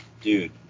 dude